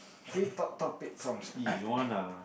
free talk topic prompts